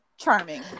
charming